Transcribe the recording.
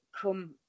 come